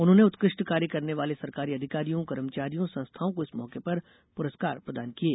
उन्होंने उत्कृष्ट कार्य करने वाले सरकारी अधिकारियों कर्मचारियों और संस्थाओं को इस मौके पर पुरस्कार प्रदान किये